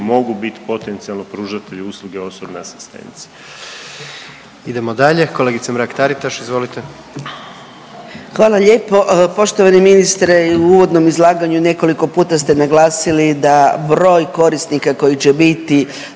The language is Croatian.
mogu bit potencijalno pružatelji usluge osobne asistencije.